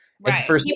Right